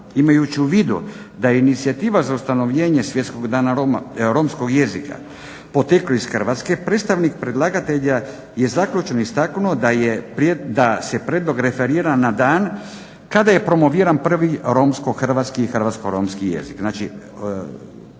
Imajući u vidu da je inicijativa za ustanovljenje Svjetskog dana romskog jezika potekla iz Hrvatske predstavnik predlagatelja je zaključno istaknuo da se prijedlog referira na dan kada je promoviran prvi romsko-hrvatski i hrvatsko-romski rječnik, znači